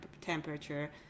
temperature